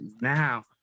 now